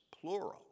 plural